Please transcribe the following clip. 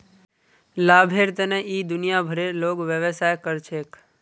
लाभेर तने इ दुनिया भरेर लोग व्यवसाय कर छेक